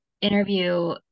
interview